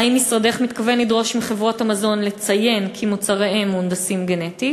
האם משרדך מתכוון לדרוש מחברות המזון לציין כי מוצריהם מהונדסים גנטית,